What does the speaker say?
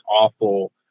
awful